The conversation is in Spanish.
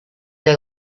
the